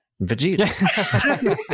Vegeta